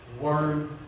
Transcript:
word